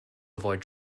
avoid